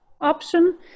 option